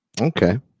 okay